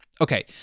Okay